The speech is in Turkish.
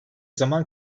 zaman